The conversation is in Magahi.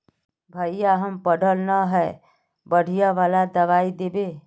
भैया हम पढ़ल न है बढ़िया वाला दबाइ देबे?